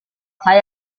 saya